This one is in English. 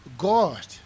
God